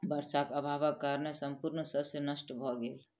वर्षाक अभावक कारणेँ संपूर्ण शस्य नष्ट भ गेल